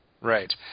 Right